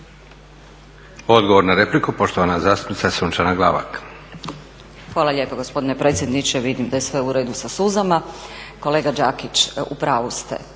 Odgovor na repliku, poštovana zastupnica Sunčana Glavak. **Glavak, Sunčana (HDZ)** Hvala lijepa gospodine predsjedniče, vidim da je sve u redu sa suzama. Kolega Đakić, u pravu ste.